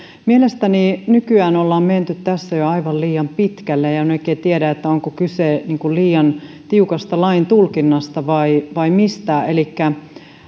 mielestäni nykyään ollaan menty tässä jo aivan liian pitkälle enkä oikein tiedä onko kyse liian tiukasta lain tulkinnasta vai vai mistä elikkä